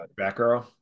Batgirl